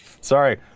Sorry